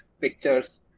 pictures